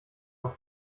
auf